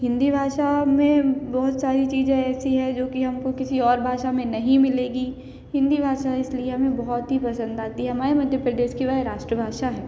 हिन्दी भाषा में बहुत सारी चीज़ें ऐसी है जोकि हमको किसी और भाषा में नहीं मिलेगी हिन्दी भाषा इसलिए हमें बहुत ही पसंद आती है हमारे मध्य प्रदेश की वह राष्ट्रभाषा है